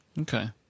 Okay